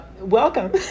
Welcome